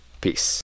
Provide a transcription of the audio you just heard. peace